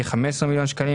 כ-15 מיליון שקלים.